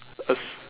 us